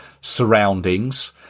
surroundings